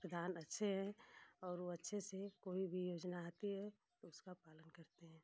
प्रधान अच्छे हैं और अच्छे से कोई भी योजना आती है उसका पालन करते हैं